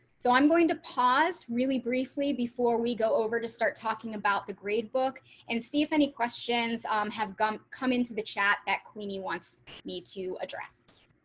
so i'm going to pause really briefly before we go over to start talking about the gradebook and see if any questions um have come come into the chat that queenie wants me to address.